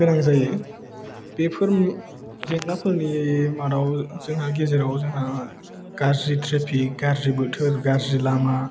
गोनां जायो बेफोर जेंनाफोरनि गेजेराव जोंहा गाज्रि ट्रेफिक गाज्रि बोथोर गाज्रि लामा